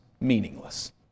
meaningless